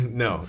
no